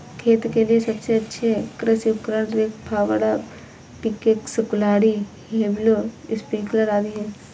खेत के लिए सबसे अच्छे कृषि उपकरण, रेक, फावड़ा, पिकैक्स, कुल्हाड़ी, व्हीलब्रो, स्प्रिंकलर आदि है